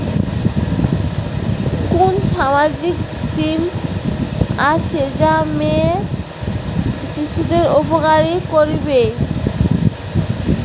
কুন সামাজিক স্কিম আছে যা মেয়ে শিশুদের উপকার করিবে?